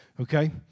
Okay